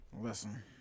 Listen